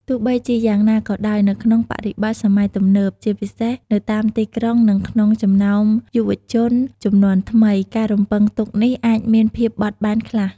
ទោះបីជាយ៉ាងណាក៏ដោយ នៅក្នុងបរិបទសម័យទំនើប ជាពិសេសនៅតាមទីក្រុង និងក្នុងចំណោមយុវជនជំនាន់ថ្មី ការរំពឹងទុកនេះអាចមានភាពបត់បែនខ្លះ។